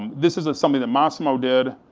this is ah something that massimo did,